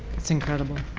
that's incredible.